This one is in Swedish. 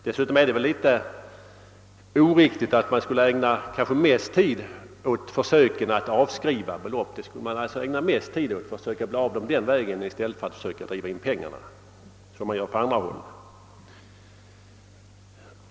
Dessutom är det väl oriktigt att ägna kanske den mesta tiden åt försöken att avskriva, för att den vägen bli av med indrivningsarbetet, i stället för att försöka driva in pengarna som man gör på andra håll.